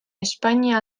espainia